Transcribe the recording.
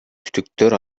түтүктөр